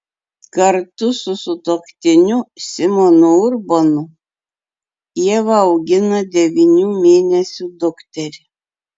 kartu su sutuoktiniu simonu urbonu ieva augina devynių mėnesių dukterį